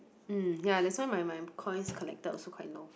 !mm! ya that's why my my coins collector also quite low